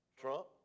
Trump